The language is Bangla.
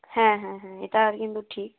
হ্যাঁ হ্যাঁ হ্যাঁ এটা আর কিন্তু ঠিক